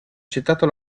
gettato